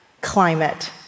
climate